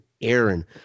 Aaron